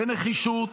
בנחישות.